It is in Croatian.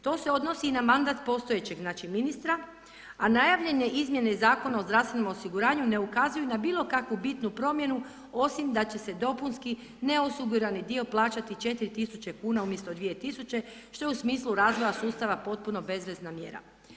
To se odnosi i na mandat, postojećeg znači ministra, a najavljene izmjene Zakona o zdravstvenom osiguranju ne ukazuju na bilo kakvu bitnu promjenu, osim da će se dopunski neosigurani dio plaćati 4.000,00 kn umjesto 2.000,00 kn, što je u smislu razvoja sustava potpuno bezvezna mjera.